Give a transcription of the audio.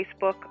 Facebook